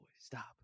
stop